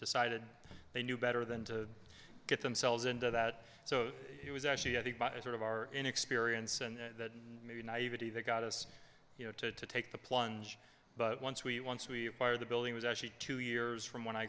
decided they knew better than to get themselves into that so it was actually i think by sort of our inexperience and that may be nave it either got us you know to take the plunge but once we once we fired the building was actually two years from when i